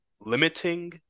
limiting